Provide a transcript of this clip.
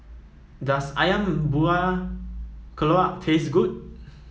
does ayam Buah Keluak taste good